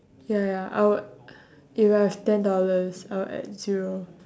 ya ya I would if I have ten dollars I will add zero